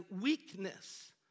weakness